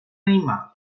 animal